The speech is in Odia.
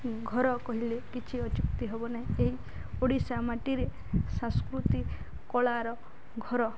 ଘର କହିଲେ କିଛି ଅତ୍ୟୁକ୍ତି ହବ ନାହିଁ ଏହି ଓଡ଼ିଶା ମାଟିରେ ସାଂସ୍କୃତି କଳାର ଘର